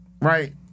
Right